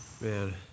Man